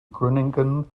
groningen